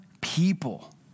people